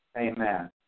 Amen